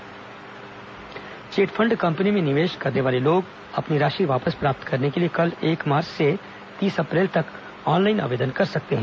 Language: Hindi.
चिटफंड कंपनी ऑनलाइन आवेदन चिटफंड कंपनी में निवेश करने वाले लोग अपनी राशि वापस प्राप्त करने के लिए कल एक मार्च से तीस अप्रैल तक ऑनलाइन आवेदन कर सकते हैं